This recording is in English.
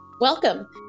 Welcome